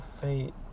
fate